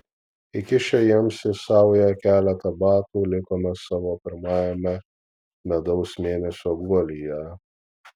įkišę jiems į saują keletą batų likome savo pirmajame medaus mėnesio guolyje